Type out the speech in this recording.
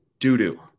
doo-doo